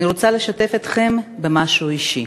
אני רוצה לשתף אתכם במשהו אישי.